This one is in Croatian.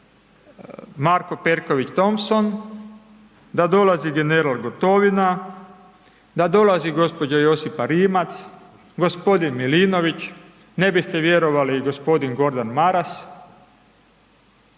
Marko Perković Thompson, da dolazi general Gotovina, da dolazi gđa. Josipa Rimac, g. Milinović, ne biste vjerovali, i g. Gordan Maras,